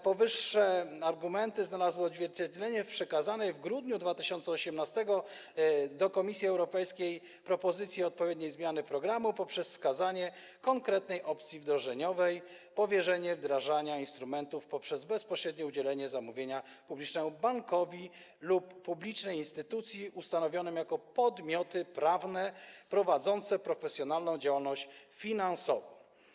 Powyższe argumenty znalazły odzwierciedlenie w przekazanej w grudniu 2018 r. do Komisji Europejskiej propozycji odpowiedniej zmiany programu poprzez wskazanie konkretnej opcji wdrożeniowej, powierzenie wdrażania instrumentów poprzez bezpośrednie udzielenie zamówienia publicznego bankowi lub publicznej instytucji ustanowionym jako podmioty prawne prowadzące profesjonalną działalność finansową.